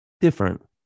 different